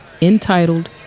entitled